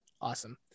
Awesome